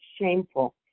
shameful